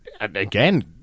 Again